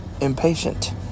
impatient